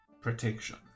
protection